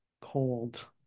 cold